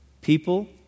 people